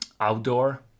outdoor